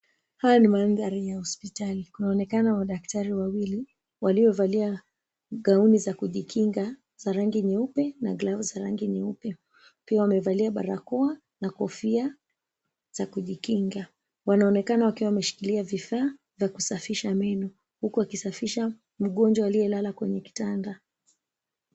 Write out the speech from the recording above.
Haya ni mandhari ya hospitali kunaonekana madaktari wawili waliovalia gauni za kujikinga za rangi nyeupe na glavu za rangi nyeupe pia wamevalia barakoa na kofia za kujikinga. Wanaonekana wakiwa wameshikilia vifaa vya kusafisha meno huku wakisafisha mgonjwa aliyelala kwenye kitanda.